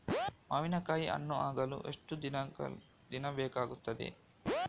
ಮಾವಿನಕಾಯಿ ಹಣ್ಣು ಆಗಲು ಎಷ್ಟು ದಿನ ಬೇಕಗ್ತಾದೆ?